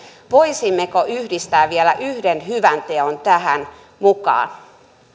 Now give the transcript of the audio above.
voisimmeko yhdistää vielä yhden hyvän teon tähän mukaan